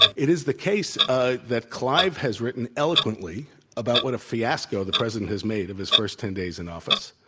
it is the case ah that clive has written eloquently about what a fiasco the president has made of his first ten days in office.